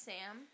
Sam